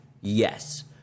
Yes